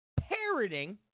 parroting